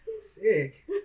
Sick